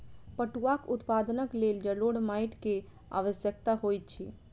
पटुआक उत्पादनक लेल जलोढ़ माइट के आवश्यकता होइत अछि